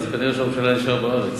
כנראה ראש הממשלה נשאר בארץ.